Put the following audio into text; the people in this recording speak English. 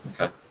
Okay